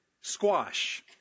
squash